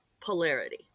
polarity